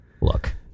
look